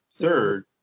Third